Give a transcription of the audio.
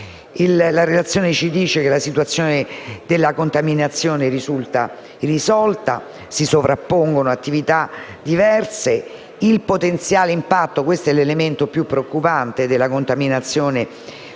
La relazione ci dice che la situazione della contaminazione risulta irrisolta, che si sovrappongono attività diverse e che il potenziale impatto - questo è l'elemento più preoccupante - della contaminazione sulle